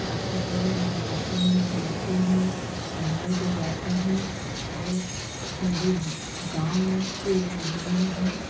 बच्चे को वो नहलाती हूँ धुलाती हूँ पढ़ने के जाते हैं और मेरे गाँव में एक बूढ़ी माँ हैं